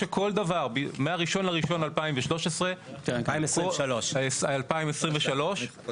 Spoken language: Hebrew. אמרו שמה-1.1.2023 כל